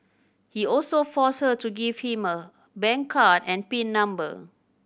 he also forced her to give him her bank card and pin number